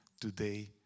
today